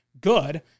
good